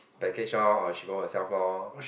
package lor or she go herself lor